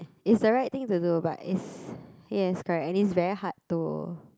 is the right thing to do but is yes correct and is very hard to